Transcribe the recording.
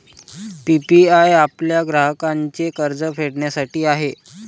PPI आपल्या ग्राहकांचे कर्ज फेडण्यासाठी आहे